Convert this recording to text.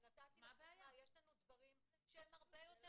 ונתתי לך דוגמה יש לנו דברים שהם הרבה יותר